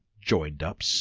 joined-up